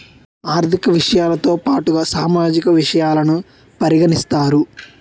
ఆర్థిక విషయాలతో పాటుగా సామాజిక విషయాలను పరిగణిస్తారు